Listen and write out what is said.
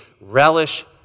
relish